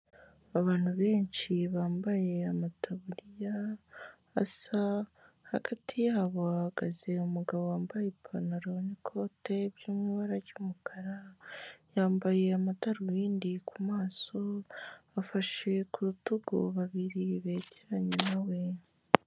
Abantu benshi bambaye amataburiya asa, hagati yabo hahagaze umugabo wambaye ipantaro n'ikote byo mu ibara ry'umukara. yambaye amadarubindi ku maso, afashe ku rutugu babiri begeranye na we.